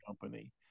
company